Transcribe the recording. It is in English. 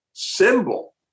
symbol